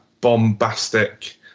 bombastic